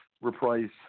replace